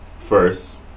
first